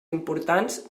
importants